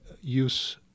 use